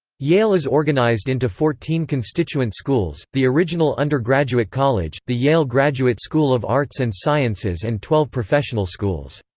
yale is organized into fourteen constituent schools the original undergraduate college, the yale graduate school of arts and sciences and twelve professional schools.